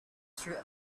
through